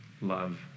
love